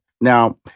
Now